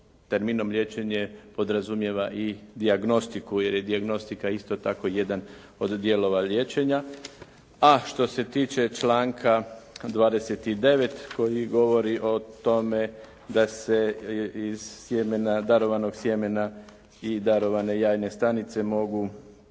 terminom liječenje podrazumijeva i dijagnostiku jer je dijagnostika isto tako jedan od dijelova liječenja. A što se tiče članka 29. koji govori o tome da se iz darovanog sjemena i darovne jajne stanice može